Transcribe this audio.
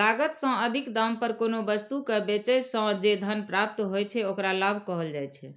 लागत सं अधिक दाम पर कोनो वस्तु कें बेचय सं जे धन प्राप्त होइ छै, ओकरा लाभ कहल जाइ छै